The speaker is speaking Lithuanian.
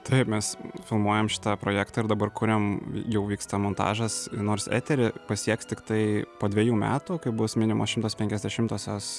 taip mes filmuojam šitą projektą ir dabar kuriam jau vyksta montažas nors eterį pasieks tiktai po dvejų metų kai bus minimos šimtas penkiasdešimtosios